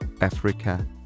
Africa